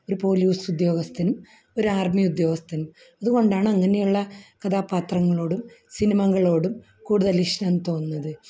ഒരു പോലീസ് ഉദ്യോഗസ്ഥനും ഒരു ആർമി ഉദ്യോഗസ്ഥനും അതുകൊണ്ടാണ് അങ്ങനെയുള്ള കഥാപാത്രങ്ങളോടും സിനിമകളോടും കൂടുതൽ ഇഷ്ടം തോന്നുന്നത്